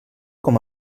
com